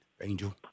Angel